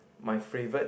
my favourite